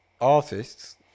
artists